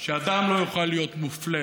שאדם לא יוכל להיות מופלה